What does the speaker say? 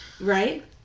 Right